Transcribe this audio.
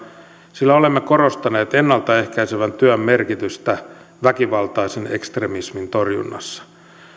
sillä olemme korostaneet ennaltaehkäisevän työn merkitystä väkivaltaisen ekstremismin torjunnassa